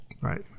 Right